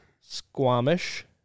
Squamish